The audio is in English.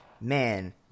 man